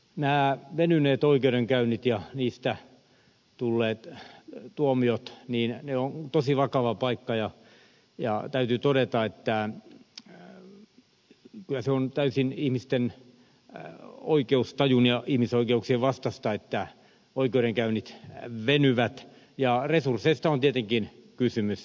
nämä venyneet oikeudenkäynnit ja niistä tulleet tuomiot ovat tosi vakava paikka ja täytyy todeta että kyllä se on täysin ihmisten oikeustajun ja ihmisoikeuksien vastaista että oikeudenkäynnit venyvät ja resursseista on tietenkin kysymys